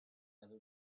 dado